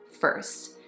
first